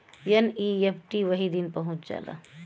NEFT वही दिन पहुंच जाला